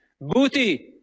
Booty